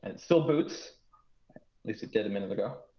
and still boots. at least it did a minute ago.